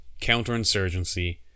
counterinsurgency